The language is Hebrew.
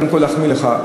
קודם כול להחמיא לך,